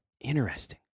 Interesting